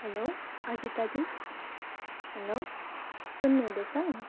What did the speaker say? hello हजुर दाजु hello सुन्नुहुँदैछ